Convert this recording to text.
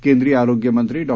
केंद्रीयआरोग्यमंत्रीडॉ